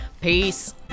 Peace